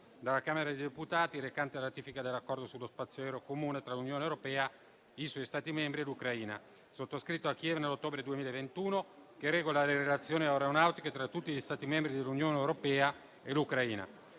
dalla Camera dei deputati, recante ratifica dell'Accordo sullo spazio aereo comune tra l'Unione europea e i suoi Stati membri e l'Ucraina, sottoscritto a Kiev nell'ottobre 2021, che regola le relazioni aeronautiche tra tutti gli Stati membri dell'Unione europea e l'Ucraina,